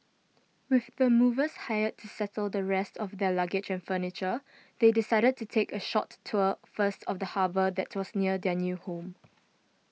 with the movers hired to settle the rest of their luggage and furniture they decided to take a short tour first of the harbour that was near their new home